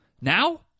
Now